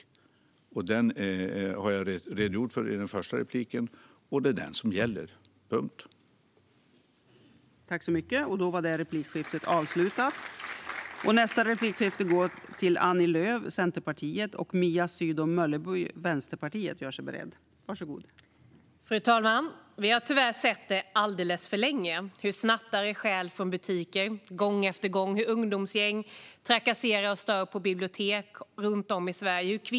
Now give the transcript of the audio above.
Den politiken har jag redogjort för i mitt första inlägg, och det är den som gäller.